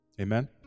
Amen